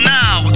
now